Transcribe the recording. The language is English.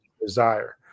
desire